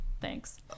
Thanks